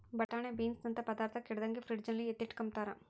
ಬಟಾಣೆ ಬೀನ್ಸನಂತ ಪದಾರ್ಥ ಕೆಡದಂಗೆ ಫ್ರಿಡ್ಜಲ್ಲಿ ಎತ್ತಿಟ್ಕಂಬ್ತಾರ